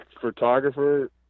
photographer